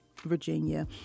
Virginia